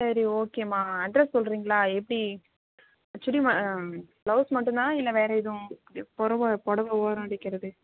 சரி ஓகேம்மா அட்ரஸ் சொல்லுறீங்களா எப்படி ஆக்சுவலிம்மா ப்ளவுஸ் மட்டும் தானா இல்லை வேறு எதுவும் எ பொரவ பொடவை ஓரம் அடிக்கிறது